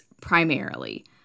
primarily